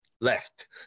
left